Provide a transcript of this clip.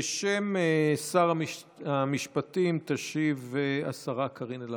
בשם שר המשפטים תשיב השרה קארין אלהרר.